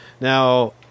Now